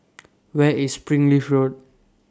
Where IS Springleaf Road